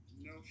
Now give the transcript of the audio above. No